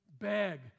bag